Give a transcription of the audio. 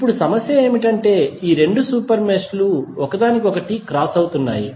ఇప్పుడు సమస్య ఏమిటంటే ఈ రెండు మెష్ లు ఒకదానికొకటి క్రాస్ అవుతున్నాయి